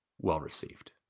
well-received